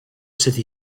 city